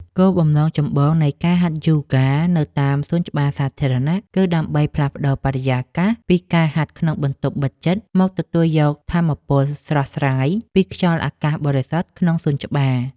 គោលបំណងចម្បងនៃការហាត់យូហ្គានៅតាមសួនច្បារសាធារណៈ គឺដើម្បីផ្លាស់ប្តូរបរិយាកាសពីការហាត់ក្នុងបន្ទប់បិទជិត មកទទួលយកថាមពលស្រស់ស្រាយពីខ្យល់អាកាសបរិសុទ្ធក្នុងសួនច្បារ។